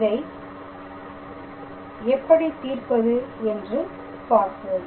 இதை எப்படி தீர்ப்பது என்று பார்ப்போம்